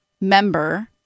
member